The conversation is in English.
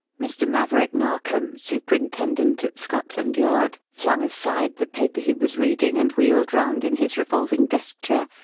mr. maverick narkom, superintendent at scotland yard, flung aside the paper he was reading and wheeled round in his revolving desk-chair,